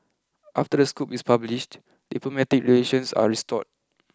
after the scoop is published diplomatic relations are restored